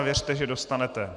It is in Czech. Věřte, že dostanete.